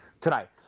tonight